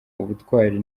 ubutwari